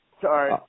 Sorry